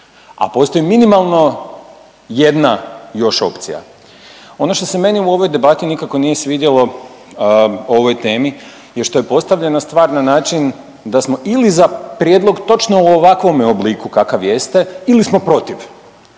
A postoji minimalno jedna još opcija. Ono što se meni u ovoj debati nikako nije svidjelo o ovoj temi što je postavljena stvar na način da smo ili za prijedlog točno u ovakvome obliku kakav jeste ili smo protiv.